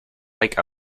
like